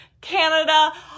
canada